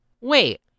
Wait